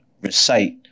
recite